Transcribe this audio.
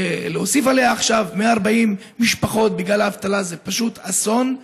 להוסיף עליה עכשיו 140 משפחות בגל האבטלה זה פשוט אסון,